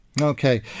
Okay